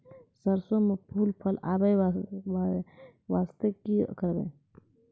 सरसों म फूल फल ज्यादा आबै बास्ते कि करबै?